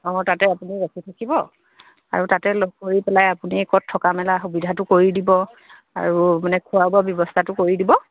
অঁ তাতে আপুনি ৰখি থাকিব আৰু তাতে লগ কৰি পেলাই আপুনি ক'ত থকা মেলা সুবিধাটো কৰি দিব আৰু মানে খোৱা বোৱা ব্যৱস্থাটো কৰি দিব